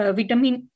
vitamin